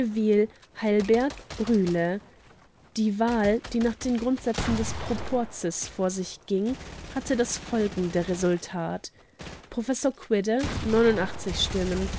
heilberg rühle die wahl die nach den grundsätzen des proporzes vor sich ging hatte das folgende resultat prof quidde stimmen